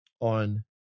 on